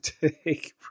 take